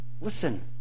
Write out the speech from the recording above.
Listen